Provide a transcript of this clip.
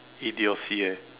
idiocy eh